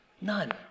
None